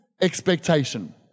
expectation